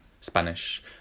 Spanish